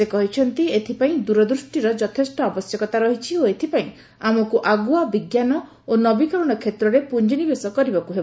ସେ କହିଛନ୍ତି ଏଥିପାଇଁ ଦ୍ରରଦୃଷ୍ଟିର ଯଥେଷ୍ଟ ଆବଶ୍ୟକତା ରହିଛି ଓ ଏଥିପାଇଁ ଆମକୁ ଆଗୁଆ ବିଜ୍ଞାନ ଏବଂ ନବୀକରଣ କ୍ଷେତ୍ରରେ ପୁଞ୍ଜିନିବେଶ କରିବାକୁ ହେବ